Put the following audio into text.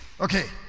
Okay